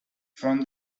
from